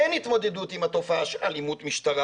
אין התמודדות עם תופעת אלימות משטרה